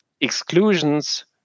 exclusions